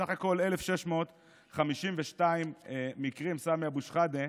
סך הכול 1,652 מקרים, סמי אבו שחאדה.